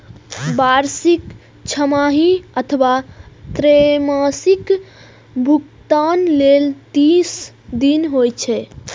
वार्षिक, छमाही अथवा त्रैमासिक भुगतान लेल तीस दिन होइ छै